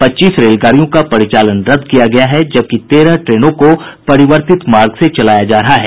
पच्चीस रेलगाड़ियों का परिचालन रद्द कर दिया गया है जबकि तेरह ट्रेनों को परिवर्तित मार्ग से चलाया जा रहा है